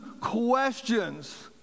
questions